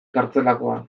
kartzelakoa